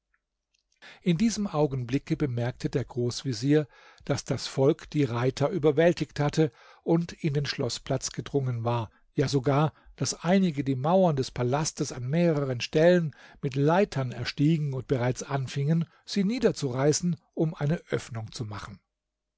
in diesem augenblicke bemerkte der großvezier daß das volk die reiter überwältigt hatte und in den schloßplatz gedrungen war ja sogar daß einige die mauern des palasts an mehreren stellen mit leitern erstiegen und bereits anfingen sie niederzureißen um eine öffnung zu machen